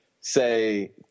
say